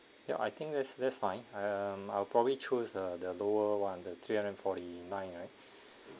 ya I think that's that's fine um I'll probably choose uh the lower one the three hundred and forty-nine right